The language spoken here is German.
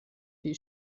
viel